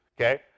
Okay